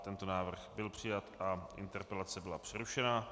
Tento návrh byl přijat a interpelace byla přerušena.